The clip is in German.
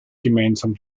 gemeinsam